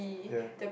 ya